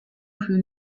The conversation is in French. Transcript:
plus